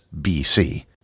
BC